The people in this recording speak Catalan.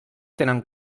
tenen